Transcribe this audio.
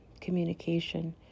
communication